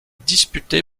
disputé